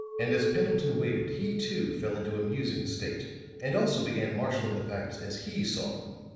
and as pendleton waited he, too, fell into a musing state and also began marshaling the facts as he saw them.